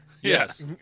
Yes